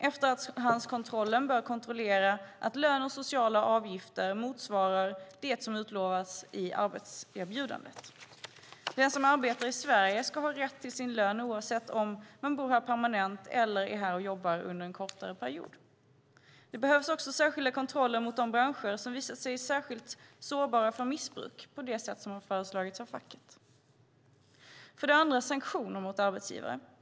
Efterhandskontrollen bör kontrollera att lön och sociala avgifter motsvarar det som utlovas i arbetserbjudandet. Den som arbetar i Sverige ska ha rätt till sin lön oavsett om man bor här permanent eller är här och jobbar under en kortare period. Det behövs också särskilda kontroller av de branscher som har visat sig särskilt sårbara för missbruk på det sätt som har föreslagits av facket. För det andra har vi sanktioner mot arbetsgivare.